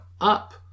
up